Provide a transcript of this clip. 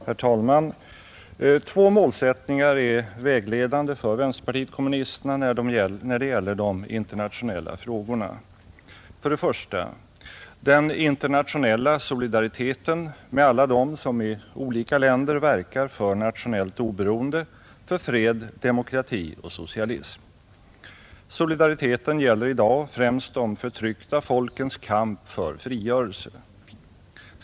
Herr talman! Två målsättningar är vägledande för vänsterpartiet kommunisterna när det gäller de internationella frågorna: 1. Den internationella solidariteten med alla dem som i olika länder verkar för nationellt oberoende, för fred, demokrati och socialism. Solidariteten gäller i dag främst de förtryckta folkens kamp för frigörelse.